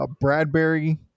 Bradbury